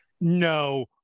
No